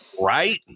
Right